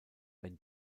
wenn